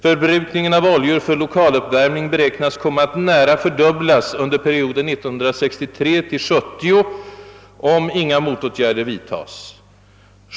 Förbrukningen av oljor för lokaluppvärmning beräknas komma att bli nära fördubblad under perioden 1963—1970 om inga motåtgärder vidtas.